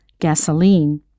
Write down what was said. gasoline